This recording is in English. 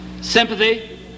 sympathy